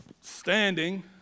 standing